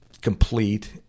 complete